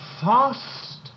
fast